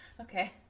Okay